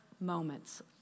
moments